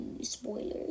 spoilers